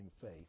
faith